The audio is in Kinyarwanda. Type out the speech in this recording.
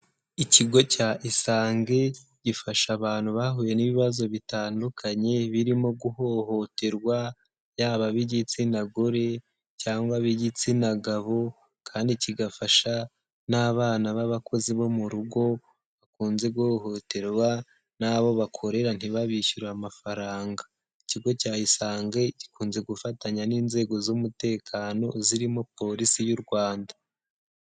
Ikigo cya isange gifasha abantu bahuye n'ibibazo bitandukanye birimo guhohoterwa, yaba ab'igitsina gore cyangwa ab'igitsina gabo kandi kigafasha n'abana b'abakozi bo mu rugo bakunze guhohoterwa n'abo bakorera ntibabishyure amafaranga. Ikigo cya isange gikunze gufatanya n'inzego z'umutekano zirimo polisi y'u Rwanda.